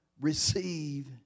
receive